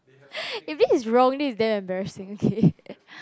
if it is rolling damn embarrassing okay